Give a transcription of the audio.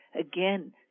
Again